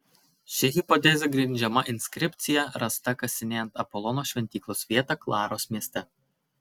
ši hipotezė grindžiama inskripcija rasta kasinėjant apolono šventyklos vietą klaros mieste